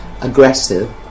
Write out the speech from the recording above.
aggressive